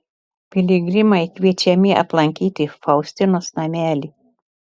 piligrimai kviečiami aplankyti faustinos namelį